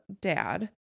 dad